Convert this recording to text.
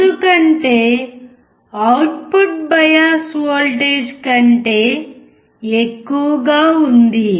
ఎందుకంటే output bias voltage కంటే ఎక్కువ గా ఉంది